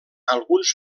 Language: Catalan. alguns